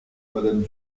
madame